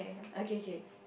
okay okay